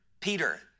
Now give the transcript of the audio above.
Peter